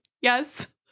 yes